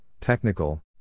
technical